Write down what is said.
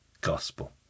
gospel